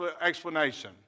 explanation